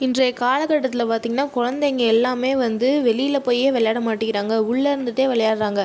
இன்றைய காலக்கட்டத்தில் பார்த்தீங்கன்னா குழந்தைங்க எல்லாமே வந்து வெளியில போயே விளையாட மாட்டேங்கிறாங்க உள்ளே இருந்துட்டே விளையாடறாங்க